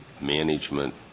management